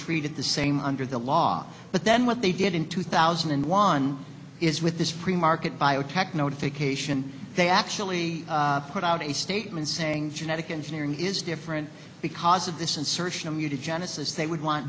treat it the same under the law but then what they did in two thousand and one is with this pre market biotech notification they actually put out a statement saying genetic engineering is different because of this insertion of mutagenesis they would want